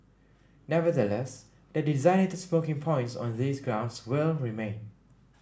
nevertheless the designated smoking points on these grounds will remain